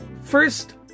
first